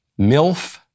MILF